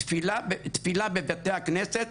תפילה בבתי הכנסת,